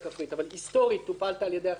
אבל היסטורית פעלת על-ידי החטיבה